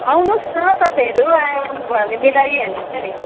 आउनुहोस् न तपाईँहरू आउनुभयो भने मिलाइहालिन्छ नि